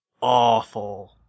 awful